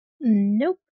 Nope